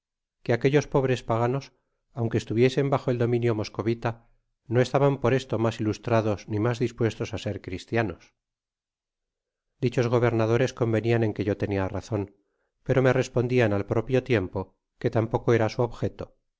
que aquellos pobres paganos aunque estuviesen bajo el dominio moscovita no estaban por esto mas ilustrados ni mas dispuestos á ser cristianos dichos gobernadores convenían en que yo tenia razon pero me respondian al propio tiempo que tampoco era su objeto